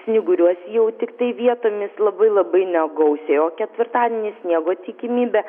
snyguriuos jau tiktai vietomis labai labai negausiai o ketvirtadienį sniego tikimybė